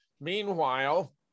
meanwhile